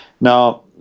Now